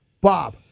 Bob